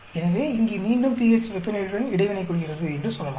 எனவே இங்கே மீண்டும் pH வெப்பநிலையுடன் இடைவினை கொள்கிறது என்று சொல்லலாம்